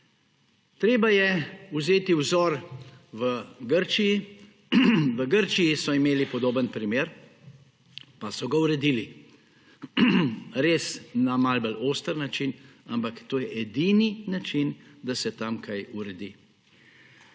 Treba je vzeti vzor v Grčiji. V Grčiji so imeli podoben primer, pa so ga uredili. Res na malo bolj oster način, ampak to je edini način, da se tam kaj uredi.